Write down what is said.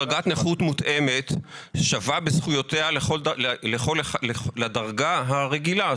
דרגת נכות מותאמת שווה בזכויותיה לדרגה הרגילה.